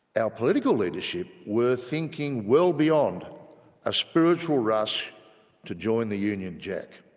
our political leadership were thinking well beyond a spiritual rush to join the union jack.